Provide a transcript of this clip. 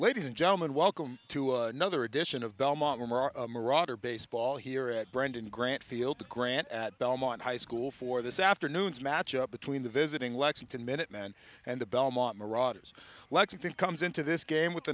ladies and gentlemen welcome to another edition of belmont marauder baseball here at brandon grant field grant at belmont high school for this afternoon's match up between the visiting lexington minute men and the belmont marauders lexington comes into this game with